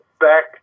back